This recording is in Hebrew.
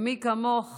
מי כמוך